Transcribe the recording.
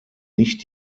nicht